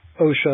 OSHA